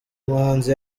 muhanzi